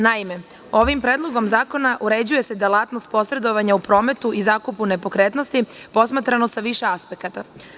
Naime, ovim predlogom zakona uređuje se delatnost posredovanja u prometu i zakupu nepokretnosti posmatrano sa više aspekata.